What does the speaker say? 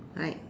right